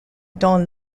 dans